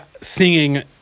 singing